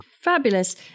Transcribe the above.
fabulous